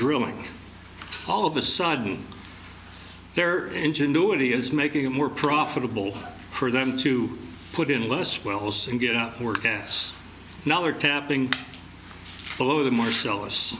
drilling all of a sudden their ingenuity is making it more profitable for them to put in less wells and get out for gas now they're tapping below the marcellus